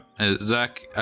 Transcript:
Zach